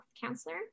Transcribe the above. counselor